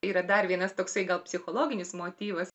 yra dar vienas toksai gal psichologinis motyvas